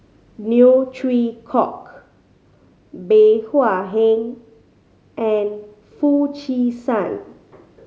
Neo Chwee Kok Bey Hua Heng and Foo Chee San